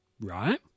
Right